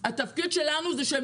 כי הם